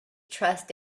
trust